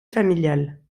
familiale